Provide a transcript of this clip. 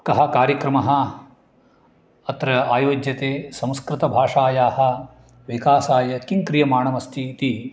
कः कार्यक्रमः अत्र आयोज्यते संस्कृतभाषायाः विकासाय किं क्रियमाणमस्ति इति